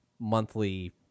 monthly